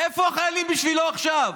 איפה החיילים בשבילו עכשיו?